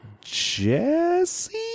jesse